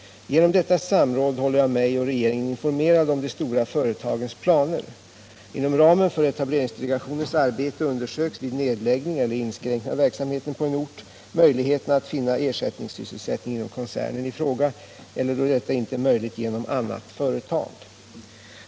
Genom detta samråd håller jag mig och regeringen informerad om de stora företagens planer. Inom ramen för etableringsdelegationens arbete undersöks, vid nedläggning eller inskränkning av verksamheten på en ort, möjligheterna att finna ersättningssysselsättning inom koncernen i fråga, eller då detta inte är möjligt genom annat 171 företag.